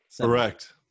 Correct